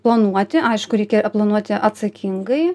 planuoti aišku reikia planuoti atsakingai